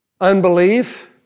Unbelief